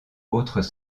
autres